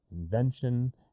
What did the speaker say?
invention